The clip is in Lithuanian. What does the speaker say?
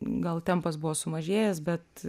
gal tempas buvo sumažėjęs bet